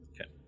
Okay